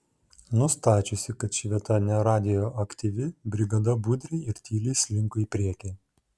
nustačiusi kad ši vieta neradioaktyvi brigada budriai ir tyliai slinko į priekį